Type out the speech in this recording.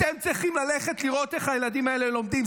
אתם צריכים ללכת לראות איך הילדים האלה לומדים.